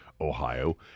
Ohio